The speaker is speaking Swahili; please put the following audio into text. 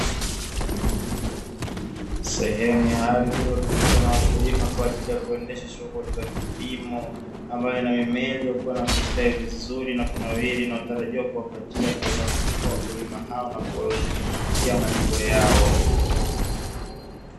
Sehemu ya ardhi iliyotumika na wakulima kwa ajili ya kuendesha shughuli za kilimo ambayo ina mimea iliyokua na kustawi vizuri na kunawiri inayotarajiwa kuwapatia faida kubwa wakulima hao na kuwawezesha kufikia malengo yao.